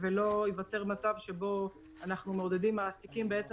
ולא ייווצר מצב שבו אנחנו מעודדים בעצם